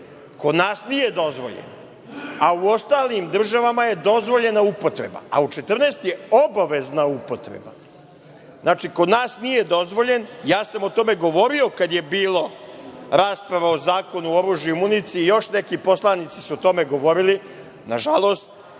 Kod nas nije dozvoljeno, a u ostalim državama je dozvoljena upotreba, a u 14 je obavezna upotreba. Znači, kod nas nije dozvoljen. Ja sam o tome govorio kad je bila rasprava o Zakonu o oružju i municiji i još neki poslanici su o tome govorili. Nažalost,